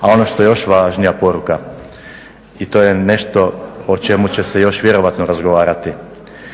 A ono što je još važnija poruka i to je nešto o čemu će se još vjerojatno razgovarati.